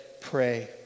pray